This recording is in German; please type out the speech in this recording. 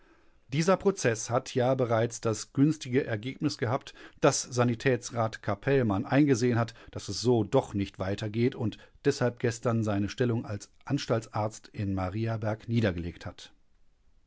dieser prozeß hat ja bereits das günstige ergebnis gehabt daß sanitätsrat capellmann eingesehen hat daß es so doch nicht weiter geht und deshalb gestern seine stellung als anstaltsarzt in mariaberg niedergelegt hat